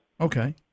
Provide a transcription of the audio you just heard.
Okay